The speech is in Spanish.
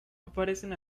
aparecen